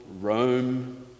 Rome